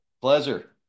Pleasure